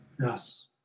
Yes